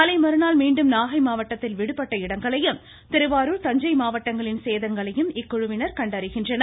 நாளை மறுநாள் மீண்டும் நாகை மாவட்டத்தின் விடுபட்ட இடங்களையும் திருவாரூர் தஞ்சை மாவட்டங்களின் சேதங்களையும் இக்குழுவினர் கண்டறிகின்றனர்